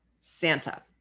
Santa